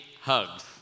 hugs